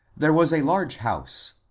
there was a large house,